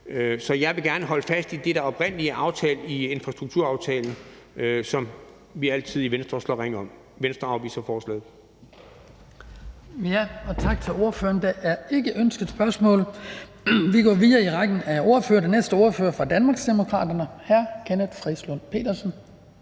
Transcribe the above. Så jeg vil gerne holde fast i det, der oprindelig er aftalt i infrastrukturaftalen, som vi i Venstre altid slår ring om. Venstre afviser forslaget.